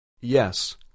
Yes